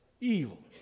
evil